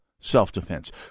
self-defense